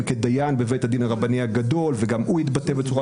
כדיין בבית הדין הרבני הגדול וגם הוא התבטא בצורה